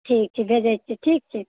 ठीक छै भेजै छियै ठीक छै